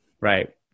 right